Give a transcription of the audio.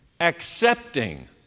accepting